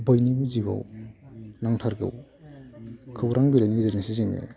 बयनिबो जिउआव नांथारगौ खौरां बिलाइनि गेजेरजोंसो जोङो